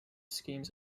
schemes